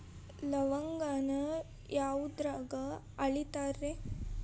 ಲವಂಗಾನ ಯಾವುದ್ರಾಗ ಅಳಿತಾರ್ ರೇ?